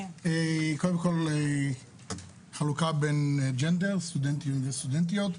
קודם כל חלוקה בין סטודנטים וסטודנטיות.